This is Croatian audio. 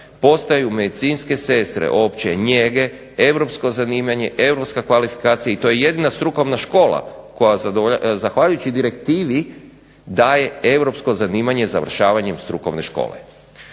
postaju medicinske sestre opće njege, europsko zanimanje, europska kvalifikacija. I to je jedina strukovna škola koja zahvaljujući direktivi daje europsko zanimanje završavanjem strukovne škole.